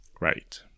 Right